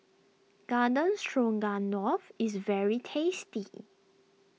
Garden Stroganoff is very tasty